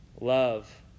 love